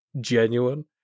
genuine